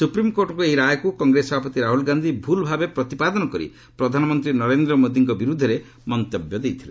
ସୁପ୍ରିମକୋର୍ଟଙ୍କ ଏହି ରାୟକୁ କଂଗ୍ରେସ ସଭାପତି ରାହୁଲ ଗାନ୍ଧୀ ଭୁଲ୍ ଭାବେ ପ୍ରତିପାଦନ କରି ପ୍ରଧାନମନ୍ତ୍ରୀ ନରେନ୍ଦ୍ର ମୋଦିଙ୍କ ବିରୋଧରେ ମନ୍ତବ୍ୟ ଦେଇଥିଲେ